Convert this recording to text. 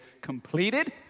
completed